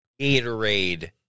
Gatorade